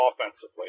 offensively